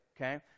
okay